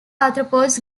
arthropods